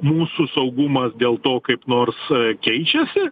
mūsų saugumas dėl to kaip nors keičiasi